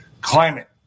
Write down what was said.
Climate